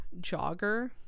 jogger